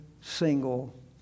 single